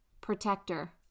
protector